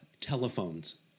Telephones